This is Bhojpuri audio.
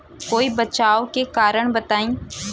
कोई बचाव के कारण बताई?